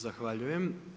Zahvaljujem.